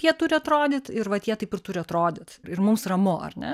jie turi atrodyt ir va tie taip ir turi atrodyti ir mums ramu ar ne